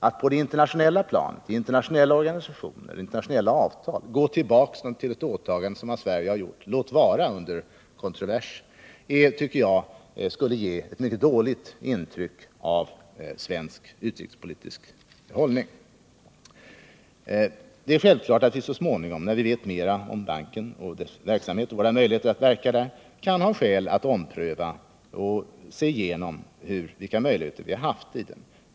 Att på det internationella planet, i internationella organisationer och avtal, ta tillbaka ett åtagande som Sverige har gjort — låt vara under kontrovers — skulle ge ett mycket dåligt intryck av svensk Det är självklart att vi så småningom, när vi vet mera om banken och dess verksamhet, kan ha skäl att se över våra möjligheter att verka i den och kanske ompröva vårt ställningstagande.